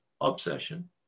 obsession